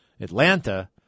Atlanta